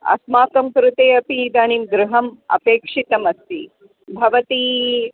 अस्माकं कृते अपि इदानीं गृहम् अपेक्षितमस्ति भवती